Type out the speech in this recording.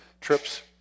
trips